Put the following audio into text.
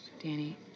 Danny